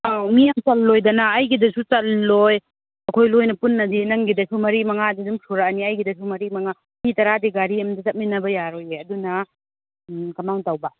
ꯑꯥꯎ ꯃꯤ ꯌꯥꯝ ꯆꯜꯂꯣꯏꯗꯅ ꯑꯩꯒꯤꯗꯁꯨ ꯆꯜꯂꯣꯏ ꯑꯩꯈꯣꯏ ꯂꯣꯏ ꯄꯨꯜꯂꯗꯤ ꯅꯪꯒꯤꯗꯁꯨ ꯃꯔꯤ ꯃꯪꯉꯥꯗꯤ ꯑꯗꯨꯝ ꯁꯨꯔꯛꯑꯅꯤ ꯑꯩꯒꯤꯗꯁꯨ ꯃꯔꯤ ꯃꯪꯉꯥ ꯇꯔꯥꯗꯤ ꯒꯥꯔꯤ ꯑꯃꯗ ꯆꯠꯃꯤꯟꯅꯕ ꯌꯥꯔꯣꯏ ꯑꯗꯨꯅ ꯀꯔꯝ ꯇꯧꯕ